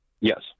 Yes